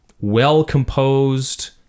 well-composed